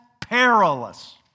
perilous